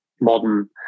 modern